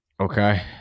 Okay